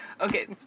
Okay